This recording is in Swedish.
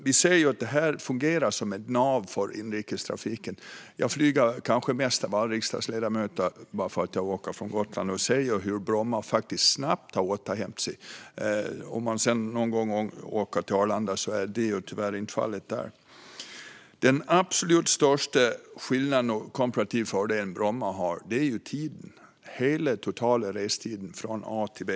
Vi ser att det här fungerar som ett nav för inrikestrafiken. Eftersom jag åker från Gotland flyger jag kanske mest av alla riksdagsledamöter, och jag ser hur Bromma snabbt har återhämtat sig. Det är tyvärr inte fallet med Arlanda, om man någon gång åker dit. Den absolut största skillnaden och komparativa fördelen med Bromma är den totala restiden från A till B.